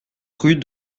rue